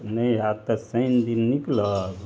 नहि हैत तऽ शनि दिन निकलब